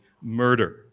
murder